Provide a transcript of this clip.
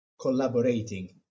collaborating